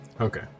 Okay